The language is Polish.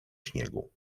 śniegu